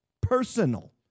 personal